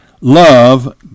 Love